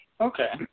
Okay